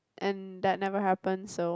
and that never happen so